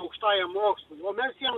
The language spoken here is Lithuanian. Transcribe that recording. aukštajam mokslui o mes jau